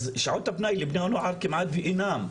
אז שעות הפנאי לבני נוער כמעט ואינן.